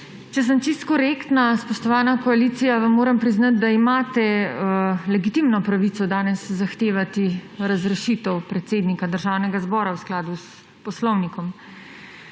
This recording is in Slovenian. Če sem čisto korektna, spoštovana koalicija, vam moram priznati, da imate legitimno pravico danes zahtevati razrešitev predsednika Državnega zbora v skladu s poslovnikom,